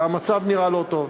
והמצב נראה לא טוב.